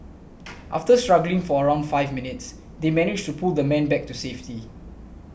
after struggling for around five minutes they managed to pull the man back to safety